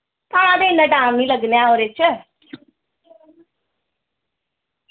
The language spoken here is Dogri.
तां ते इ'न्ना टैम नी लग्गना ऐ उ'दे च